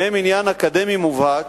שהן עניין אקדמי מובהק,